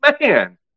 Man